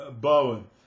Bowen